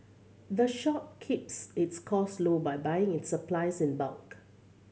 the shop keeps its cost low by buying its supplies in bulk